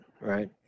Right